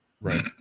Right